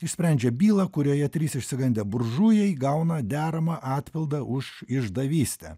išsprendžia bylą kurioje trys išsigandę buržujai gauna deramą atpildą už išdavystę